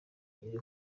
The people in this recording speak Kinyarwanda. iri